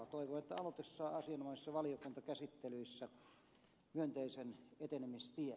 toivon että aloite saa asianomaisissa valiokuntakäsittelyissä myönteisen etenemistien